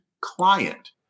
client